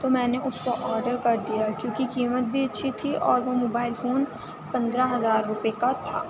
تو میں نے اس کو آڈر کر دیا کیونکہ قیمت بھی اچھی تھی اور وہ موبائل فون پندرہ ہزار روپے کا تھا